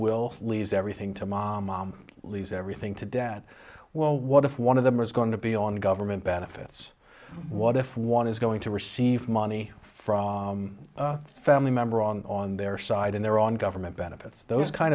will leaves everything to mom mom leaves everything to dad well what if one of them is going to be on government benefits what if one is going to receive money from a family member on their side and they're on government benefits those kind